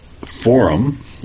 Forum